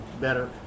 better